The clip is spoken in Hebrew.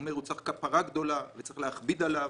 הוא אומר: הוא צריך כפרה גדולה וצריך להכביד עליו,